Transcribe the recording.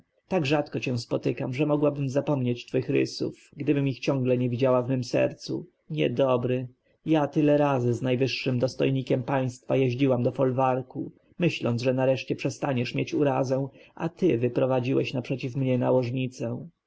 tak rzadko cię spotykam że mogłabym zapomnieć twoich rysów gdybym ich ciągle nie widziała w mem sercu niedobry ja tyle razy z najwyższym dostojnikiem państwa jeździłam do folwarku myśląc że nareszcie przestaniesz mieć urazę a ty wyprowadziłeś naprzeciw mnie nałożnicę